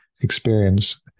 experience